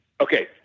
Okay